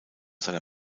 seiner